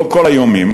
לא כל האיומים,